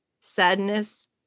sadness